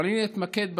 אבל אני אתמקד בדרום,